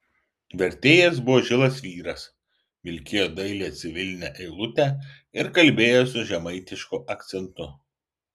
vertėjas buvo žilas vyras vilkėjo dailią civilinę eilutę ir kalbėjo su žemaitišku akcentu